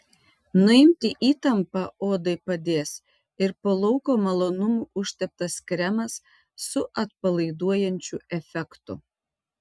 nuimti įtampą odai padės ir po lauko malonumų užteptas kremas su atpalaiduojančiu efektu